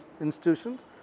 institutions